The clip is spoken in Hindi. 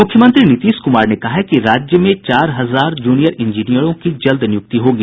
मुख्यमंत्री नीतीश कुमार ने कहा कि राज्य में चार हजार जूनियर इंजीनियरों की जल्द नियुक्ति होगी